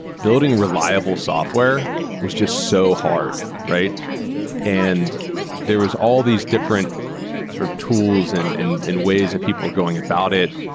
building reliable software was just so hard right and there was all these different sort of tools and and ways that people going about it.